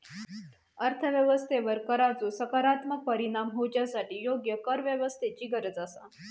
अर्थ व्यवस्थेवर कराचो सकारात्मक परिणाम होवच्यासाठी योग्य करव्यवस्थेची गरज आसा